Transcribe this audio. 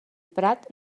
prat